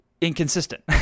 inconsistent